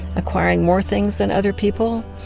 acquiring more things than other people,